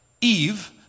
Eve